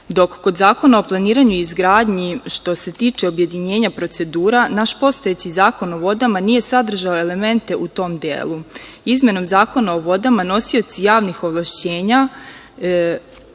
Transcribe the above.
dok kod Zakona o planiranju i izgradnji, što se tiče objedinjenja procedura, naš postojeći Zakon o vodama nije sadržao elemente u tom delu. Izmenom Zakona o vodama, nosioci javnih ovlašćenja